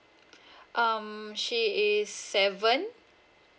um she is seven